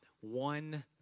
one